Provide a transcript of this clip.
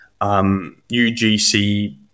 UGC